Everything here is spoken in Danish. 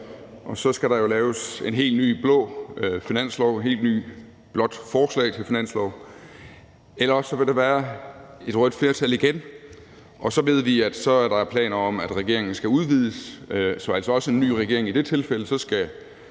og så skal der jo laves en helt ny blå finanslov, et helt nyt blåt forslag til finanslov, eller også vil der være et rødt flertal igen, og så ved vi, at så er der planer om, at regeringen skal udvides. Så der er altså også en ny regering i det tilfælde. Så skal